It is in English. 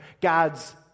God's